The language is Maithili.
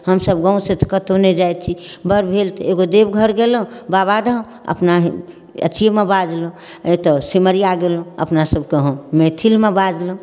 हमसब गाँवसँ तऽ कतहुँ नहि जाइत छी बड़ भेल तऽ एगो देवघर गेलहुँ बाबा धाम अपना अथीमे बाजलहुँ सिमरिया गेलहुँ अपना सबकऽ मैथिलमे बाजलहुँ